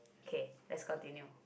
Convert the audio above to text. K let's continue